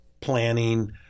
planning